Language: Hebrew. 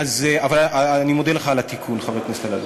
אבל אני מודה לך על התיקון, חבר הכנסת אלאלוף.